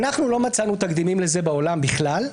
אנחנו לא מצאנו תקדימים לזה בעולם בכלל.